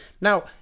now